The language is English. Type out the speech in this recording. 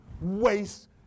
waste